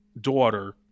daughter